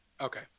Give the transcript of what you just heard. Okay